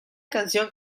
canción